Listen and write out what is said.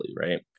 right